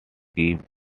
give